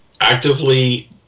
actively